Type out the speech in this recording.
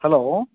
hello